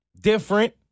different